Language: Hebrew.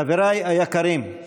חבריי היקרים,